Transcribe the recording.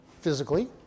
physically